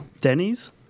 Denny's